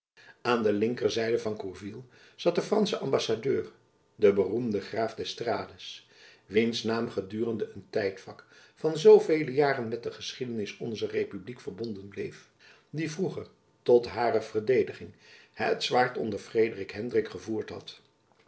aan de linkerzijde van gourville zat de fransche ambassadeur de beroemde graaf d'estrades wiens naam gedurende een tijdvak van zoo vele jaren met de geschiedenis onzer republiek verbonden bleef die vroeger tot hare verdediging het zwaard onder frederik hendrik gevoerd had